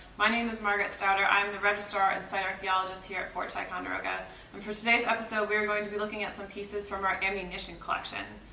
my name is margaret staudter, i am the registrar and site archaeologist here at fort ticonderoga and for today's episode we are going to be looking at some pieces from our ammunition collection.